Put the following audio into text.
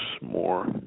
more